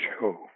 show